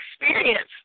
experience